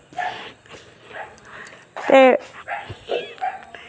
ते